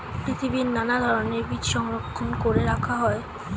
পৃথিবীর নানা ধরণের বীজ সংরক্ষণ করে রাখা হয়